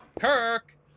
Kirk